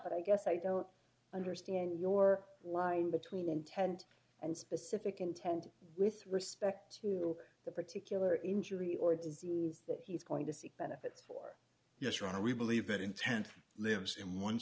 but i guess i don't understand your line between intent and specific intent with respect to the particular injury or disease that he's going to seek benefits for yes your honor we believe that intent lives in one